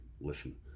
listen